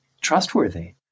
trustworthy